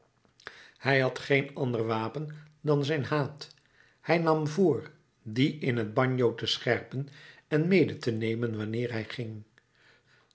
hij had geen ander wapen dan zijn haat hij nam voor dien in het bagno te scherpen en mede te nemen wanneer hij ging